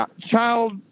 child